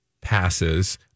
passes